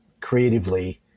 creatively –